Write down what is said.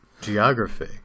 geography